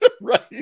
right